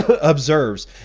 observes